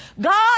God